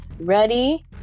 ready